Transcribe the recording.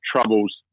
troubles